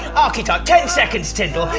archetype! ten seconds, tindall!